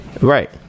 Right